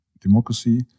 democracy